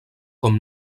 com